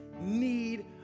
need